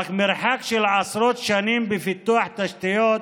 אך מרחק של עשרות שנים בפיתוח תשתיות,